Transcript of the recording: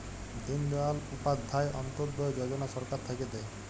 দিন দয়াল উপাধ্যায় অন্ত্যোদয় যজনা সরকার থাক্যে দেয়